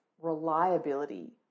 reliability